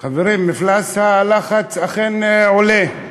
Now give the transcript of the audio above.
חברים, מפלס הלחץ אכן עולה,